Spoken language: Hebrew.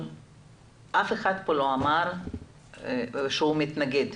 אף אחד פה לא אמר שהוא מתנגד.